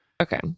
Okay